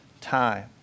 time